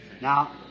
Now